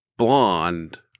Blonde